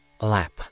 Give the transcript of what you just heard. lap